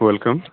welcome